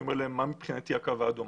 אני אומר להם מה מבחינתי הקו האדום.